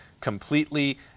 completely